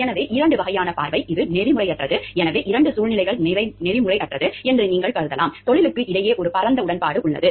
எனவே இரண்டு வகையான பார்வை இது நெறிமுறையற்றது எனவே இரண்டு சூழ்நிலைகள் நெறிமுறையற்றது என்று நீங்கள் கருதலாம் தொழிலுக்கு இடையே ஒரு பரந்த உடன்பாடு உள்ளது